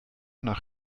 nach